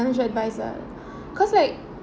~cial advisor cause like